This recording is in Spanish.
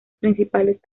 principales